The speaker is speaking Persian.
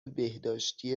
بهداشتی